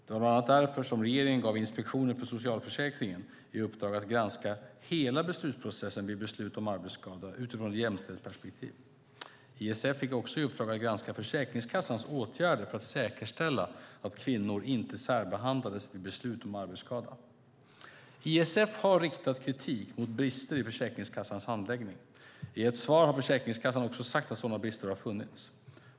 Det var bland annat därför som regeringen gav Inspektionen för socialförsäkringen i uppdrag att granska hela beslutsprocessen vid beslut om arbetsskada utifrån ett jämställdhetsperspektiv. ISF fick också i uppdrag att granska Försäkringskassans åtgärder för att säkerställa att kvinnor inte särbehandlas vid beslut om arbetsskada. ISF har riktat kritik mot brister i Försäkringskassans handläggning. I ett svar har Försäkringskassan också sagt att sådana brister har funnits.